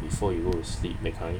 before you go to sleep that kind